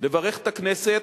לברך את הכנסת.